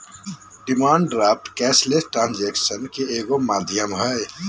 demand draft cashless ट्रांजेक्शनन के एगो माध्यम हइ